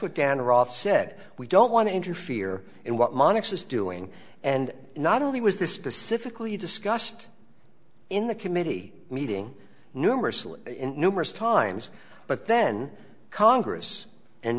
what dan roth said we don't want to interfere in what monica is doing and not only was this specifically discussed in the committee meeting numerously numerous times but then congress and